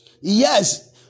Yes